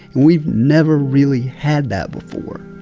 and we've never really had that before.